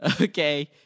Okay